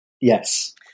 Yes